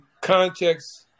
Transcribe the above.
context